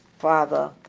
Father